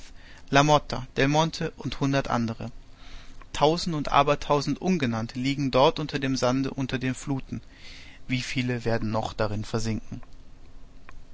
motta delmonte und hundert andere tausend und aber tausend ungenannte liegen dort unter dem sande unter den fluten wie viele werden noch darin versinken